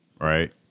Right